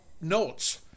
notes